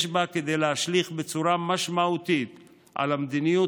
יש בה כדי להשליך בצורה משמעותית על המדיניות